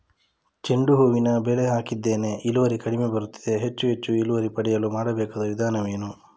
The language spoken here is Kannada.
ಚೆಂಡು ಹೂವಿನ ಬೆಳೆ ಹಾಕಿದ್ದೇನೆ, ಇಳುವರಿ ಕಡಿಮೆ ಬರುತ್ತಿದೆ, ಹೆಚ್ಚು ಹೆಚ್ಚು ಇಳುವರಿ ಪಡೆಯಲು ಮಾಡಬೇಕಾದ ವಿಧಾನವೇನು?